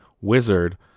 wizard